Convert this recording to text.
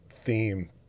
theme